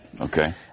Okay